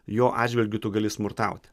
jo atžvilgiu tu gali smurtauti